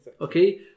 okay